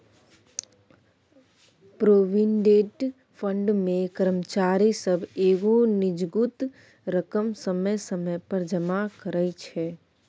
provident fund मे कर्मचारी सब एगो निजगुत रकम समय समय पर जमा करइ छै